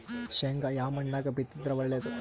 ಶೇಂಗಾ ಯಾ ಮಣ್ಣಾಗ ಬಿತ್ತಿದರ ಒಳ್ಳೇದು?